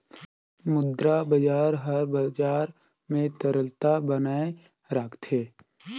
मुद्रा बजार हर बजार में तरलता बनाए राखथे